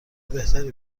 بهتری